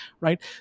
right